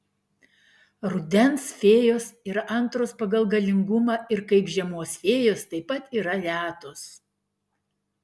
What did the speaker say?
rudens fėjos yra antros pagal galingumą ir kaip žiemos fėjos taip pat yra retos